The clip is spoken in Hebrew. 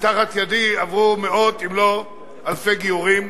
ותחת ידי עברו מאות אם לא אלפי גיורים,